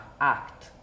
act